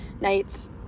nights